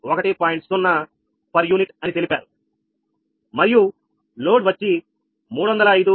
0 per unit అని తెలిపారు మరియు లోడ్ వచ్చి 305